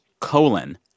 colon